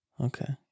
Okay